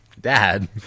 Dad